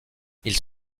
ils